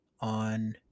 on